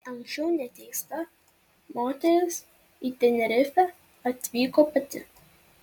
anksčiau neteista moteris į tenerifę atvyko pati